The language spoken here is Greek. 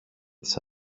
της